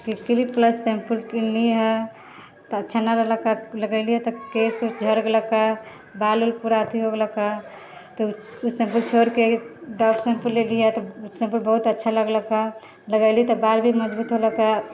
clinic Plus shampoo किनली हँ तऽ अच्छा नहि रहलक हँ लगेलिए तऽ केश उश झड़ि गेल हँ बाल उल पूरा अथी हो गेलक हँ तऽ ओ शैम्पू छोड़िके डभ शैम्पू लेली हँ तऽ शैम्पू बहुत अच्छा लगलक हँ लगैली तऽ बाल भी मजबूत होलक हँ